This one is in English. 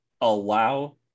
allow